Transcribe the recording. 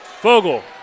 Fogle